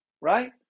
right